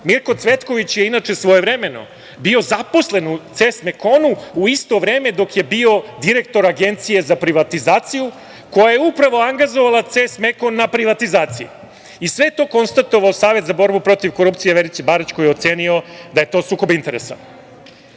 Mirko Cvetković je inače, svojevremeno bio zaposlen u „CES Mekonu“, u isto vreme dok je bio direktor Agencije za privatizaciju koja je upravo angažovala „CES Mekon“ na privatizacije. I sve je to konstatovao Savet za borbu protiv korupcije, Verice Barać koji je ocenio da je to sukob interesa.A,